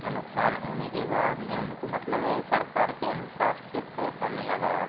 तो नुकसान होने के बाद में उनको मतलब सरकार के अनुसार से पैसा मिल गया था